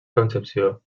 concepció